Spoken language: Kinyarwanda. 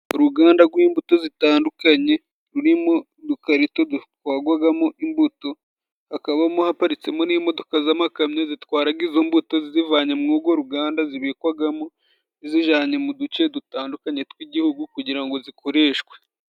Uruganda rw'imbuto zitandukanye rurimo udukarito dutwarwamo imbuto, hakabamo haparitsemo n'imodoka z'amakamyo zitwara izo mbuto zizivanye muri urwo ruganda zibikwamo, zizijyanye mu duce dutandukanye tw'igihugu kugira ngo zikoreshwe.